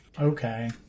Okay